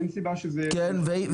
אין סיבה שזה יהיה --- ונניח